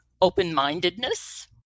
Open-mindedness